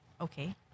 okay